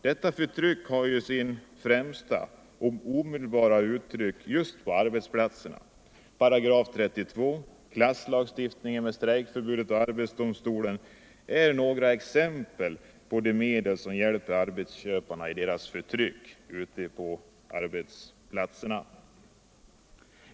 Detta förtryck får ju sitt främsta och omedelbaraste uttryck just på arbetsplatserna. § 32, klasslagstiftningen med strejkförbudet och arbetsdomstolen är några exempel på de medel som hjälper arbetsköparna i deras förtryck ute på arbetsplatserna.